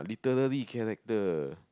literary character